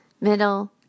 middle